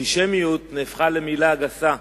אנטישמיות נהפכה למלה גסה,